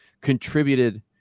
contributed